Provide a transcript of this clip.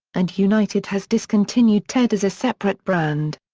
and united has discontinued ted as a separate brand.